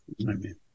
Amen